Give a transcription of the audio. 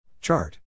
Chart